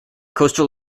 coastal